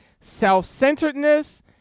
self-centeredness